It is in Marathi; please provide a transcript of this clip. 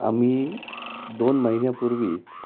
आम्ही दोन महिन्यापूर्वीच